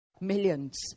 Millions